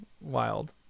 Wild